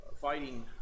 fighting